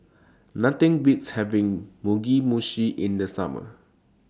Nothing Beats having Mugi Meshi in The Summer